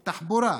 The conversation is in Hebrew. התחבורה,